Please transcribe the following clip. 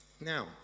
Now